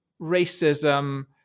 racism